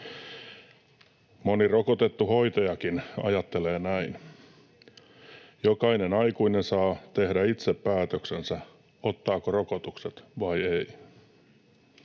Moni rokotettu hoitajakin ajattelee näin. Jokainen aikuinen saa tehdä itse päätöksensä, ottaako rokotukset vai ei.